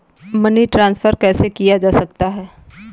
Money transfer कैसे किया जा सकता है?